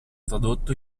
tradotto